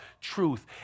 truth